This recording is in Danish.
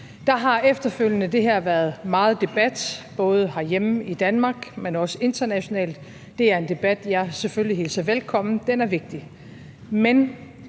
Der har efterfølgende været meget debat både herhjemme i Danmark, men også internationalt. Det er en debat, jeg selvfølgelig hilser velkommen, for den er vigtig.